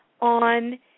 on